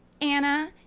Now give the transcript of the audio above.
anna